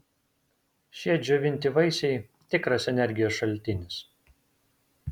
šie džiovinti vaisiai tikras energijos šaltinis